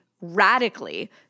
radically